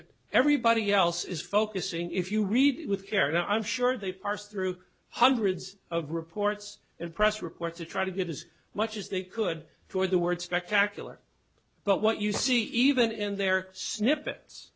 it everybody else is focusing if you read it with care and i'm sure they parse through hundreds of reports and press reports to try to get as much as they could for the word spectacular but what you see even in their snippets